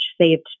saved